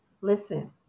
Listen